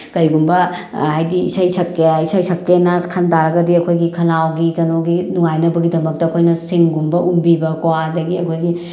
ꯀꯩꯒꯨꯝꯕ ꯍꯥꯏꯗꯤ ꯏꯁꯩ ꯁꯛꯀꯦ ꯏꯁꯩ ꯁꯛꯀꯦꯅ ꯈꯟ ꯇꯥꯔꯒꯗꯤ ꯑꯩꯈꯣꯏꯒꯤ ꯈꯧꯅꯥꯎꯒꯤ ꯀꯩꯅꯣꯒꯤ ꯅꯨꯡꯉꯥꯏꯅꯕꯒꯤꯗꯃꯛꯇ ꯑꯩꯈꯣꯏꯅ ꯁꯤꯡꯒꯨꯝꯕ ꯎꯝꯕꯤꯕꯀꯣ ꯑꯗꯒꯤ ꯑꯩꯈꯣꯏꯒꯤ